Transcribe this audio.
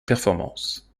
performances